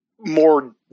more